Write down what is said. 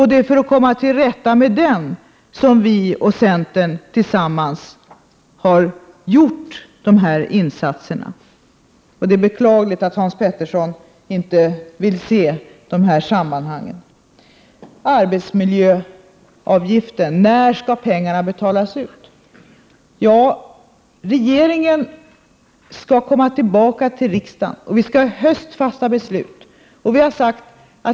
Det är för att komma till rätta med den som vi och centerpartiet tillsammans har gjort dessa insatser. Det är beklagligt att Hans Petersson inte vill se de här sambanden. När skall pengarna betalas ut när det gäller arbetsmiljöavgifterna? Ja, regeringen skall återkomma till riksdagen, och vi skall fatta beslut i höst.